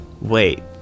wait